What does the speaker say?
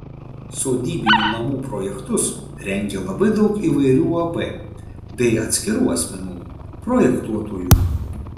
sodybinių namų projektus rengia labai daug įvairių uab bei atskirų asmenų projektuotojų